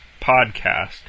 podcast